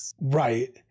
Right